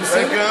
זה בסדר.